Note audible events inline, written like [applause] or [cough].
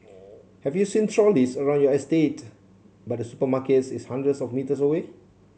[noise] have you seen trolleys around your estate but the supermarket is hundreds of metres away